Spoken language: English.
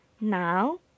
now